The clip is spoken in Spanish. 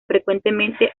frecuentemente